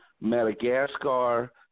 Madagascar